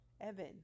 Evan